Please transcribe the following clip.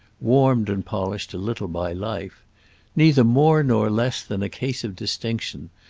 warmed and polished a little by life neither more nor less than a case of distinction,